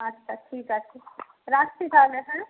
আচ্ছা ঠিক আছে রাখছি তাহলে হ্যাঁ